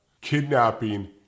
Kidnapping